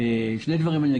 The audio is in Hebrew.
אגיד שני דברים.